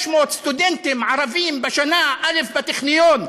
600 סטודנטים ערבים בשנה א' בטכניון,